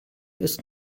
ist